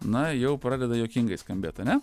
na jau pradeda juokingai skambėt ane